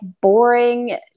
boring